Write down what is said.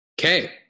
Okay